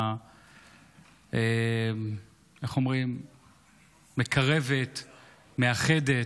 אישה מקרבת, מאחדת,